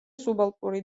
სუბალპური